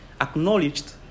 acknowledged